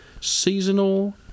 Seasonal